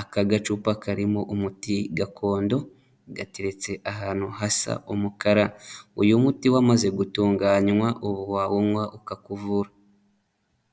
Aka gacupa karimo umuti gakondo, gateretse ahantu hasa umukara. Uyu muti wamaze gutunganywa ubu wawunywa ukakuvura.